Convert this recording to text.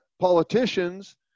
politicians